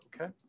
Okay